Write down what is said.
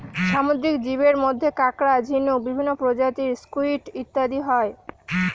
সামুদ্রিক জীবের মধ্যে কাঁকড়া, ঝিনুক, বিভিন্ন প্রজাতির স্কুইড ইত্যাদি হয়